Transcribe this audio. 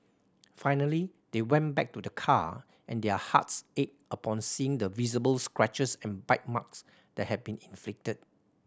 finally they went back to the car and their hearts ached upon seeing the visible scratches and bite marks that had been inflicted